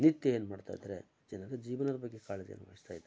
ನಿತ್ಯ ಏನ್ಮಾಡ್ತಾ ಇದ್ದಾರೆ ಜನರ ಜೀವನದ ಬಗ್ಗೆ ಕಾಳಜಿಯನ್ನು ವಹಿಸ್ತಾ ಇದ್ದಾರೆ